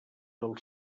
del